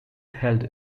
held